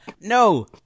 no